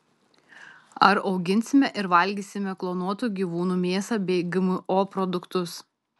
ar auginsime ir valgysime klonuotų gyvūnų mėsą bei gmo produktus